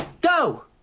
Go